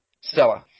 Stella